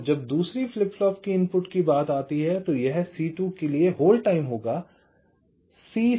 और जब दूसरी फ्लिप फ्लॉप के इनपुट की बात आती है तो यह C2 के लिए होल्ड टाइम होगा